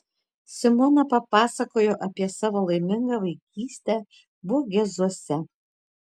simona papasakojo apie savo laimingą vaikystę vogėzuose